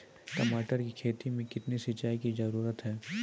टमाटर की खेती मे कितने सिंचाई की जरूरत हैं?